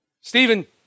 Stephen